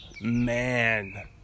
man